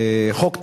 חוק טל,